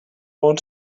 want